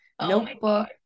notebook